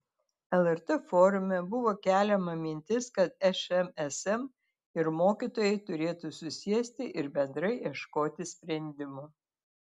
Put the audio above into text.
lrt forume buvo keliama mintis kad šmsm ir mokytojai turėtų susėsti ir bendrai ieškoti sprendimų